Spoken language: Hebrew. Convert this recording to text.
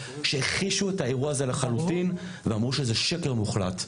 שהכחישו את האירוע הזה לחלוטין ואמרו שזה שקר מוחלט.